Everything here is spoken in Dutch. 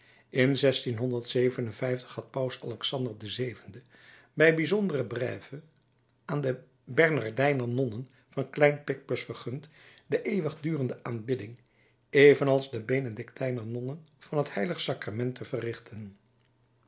paus alexander vii bij bijzondere brève aan de bernardijner nonnen van klein picpus vergund de eeuwigdurende aanbidding evenals de benedictijner nonnen van het h sacrament te verrichten